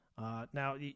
Now